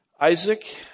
Isaac